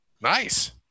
Nice